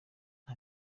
nta